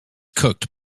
cooked